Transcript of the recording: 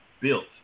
built